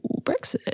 Brexit